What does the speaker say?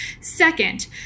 Second